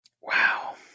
Wow